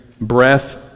breath